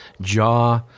jaw